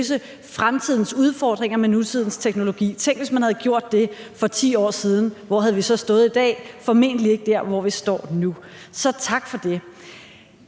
fremtidens udfordringer med nutidens teknologi. Tænk, hvis man havde gjort det for 10 år siden – hvor havde vi så stået i dag? Formentlig ikke der, hvor vi står nu. Så tak for det.